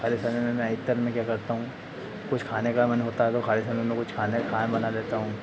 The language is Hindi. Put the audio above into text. हर समय में मैं इतर में क्या करता हूँ कुछ खाने का मन होता है तो खाली समय में कुछ खाने खा बना लेता हूँ